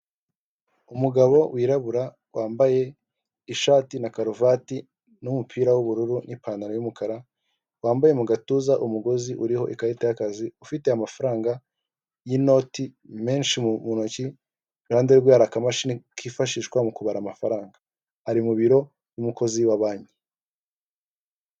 Umugabo wirabura, wambaye: ishati na karuvati n'umupira w'ubururu, n'ipantaro y'umukara, wambaye mu gatuza umugozi uriho ikarita y’akazi, ufite amafaranga y’inoti menshi mu ntoki; iruhande rwe hari akamashini kifashishwa mu kubara amafaranga. Ari mu biro ni umukozi wa banki.